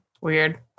Weird